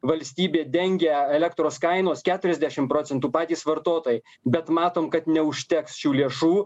valstybė dengia elektros kainos keturiasdešim procentų patys vartotojai bet matom kad neužteks šių lėšų